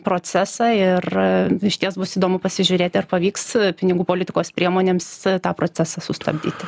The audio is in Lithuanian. procesą ir išties bus įdomu pasižiūrėti ar pavyks pinigų politikos priemonėms tą procesą sustabdyti